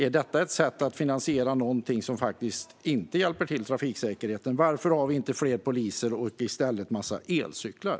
Är detta ett sätt att finansiera något som faktiskt inte hjälper trafiksäkerheten? Varför finns inte fler poliser utan i stället en mängd elcyklar?